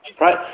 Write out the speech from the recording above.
Right